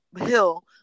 hill